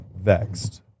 vexed